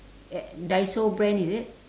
uh daiso brand is it